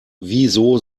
wieso